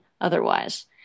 otherwise